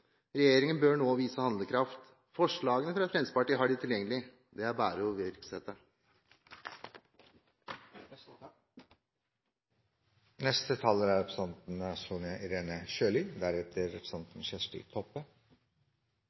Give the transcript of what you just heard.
Regjeringen bør nå vise handlekraft. Forslagene fra Fremskrittspartiet har de tilgjengelig. Det er bare å iverksette dem. Jeg synes det er